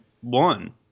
one